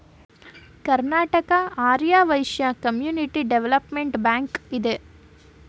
Karnataka Arya Vysya community development bank ಇದೆ